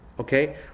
okay